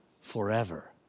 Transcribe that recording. forever